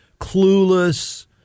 clueless